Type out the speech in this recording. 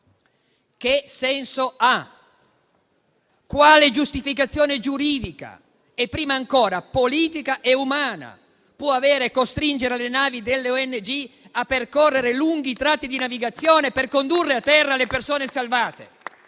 che senso abbia, quale giustificazione giuridica e prima ancora politica e umana possa avere costringere le navi delle ONG a percorrere lunghi tratti di navigazione per condurre a terra le persone salvate